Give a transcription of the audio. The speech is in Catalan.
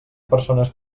persones